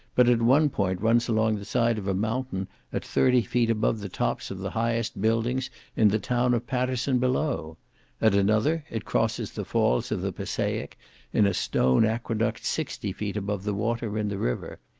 but at one point runs along the side of a mountain at thirty feet above the tops of the highest buildings in the town of paterson, below at another it crosses the falls of the passaic in a stone aqueduct sixty feet above the water in the river.